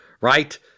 right